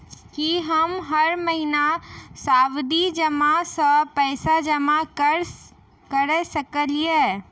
की हम हर महीना सावधि जमा सँ पैसा जमा करऽ सकलिये?